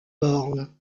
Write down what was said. born